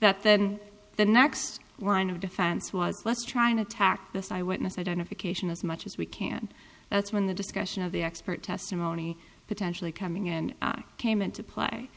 that then the next line of defense was trying to attack this eyewitness identification as much as we can that's when the discussion of the expert testimony potentially coming in came into play